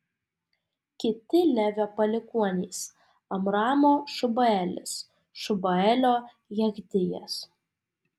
kiti levio palikuonys amramo šubaelis šubaelio jechdijas